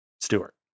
Stewart